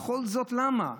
וכל זאת למה?